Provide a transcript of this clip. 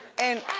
and.